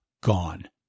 gone